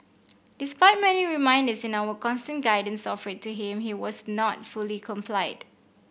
despite many reminders and our constant guidance offered to him he was not fully complied